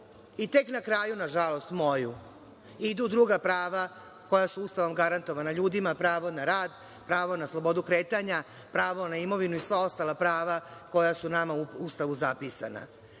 i tek na kraju, nažalost, moju idu druga prava koja su Ustavom garantovana ljudima, pravo na rad, pravo na slobodu kretanja, pravo na imovinu i sva ostala prava koja su nama u Ustavu zapisana. Ako